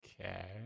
Okay